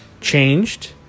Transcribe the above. changed